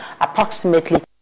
approximately